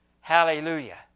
Hallelujah